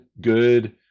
good